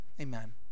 Amen